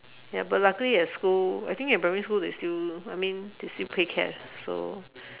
ya but luckily at school I think in primary school they still I mean they still pay cash so